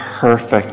perfect